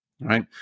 right